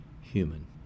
human